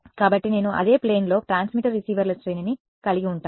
కాబట్టి నేను అదే ప్లేన్ లో ట్రాన్స్మిటర్ రిసీవర్ల శ్రేణిని కలిగి ఉంటాను